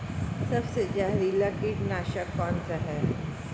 सबसे जहरीला कीटनाशक कौन सा है?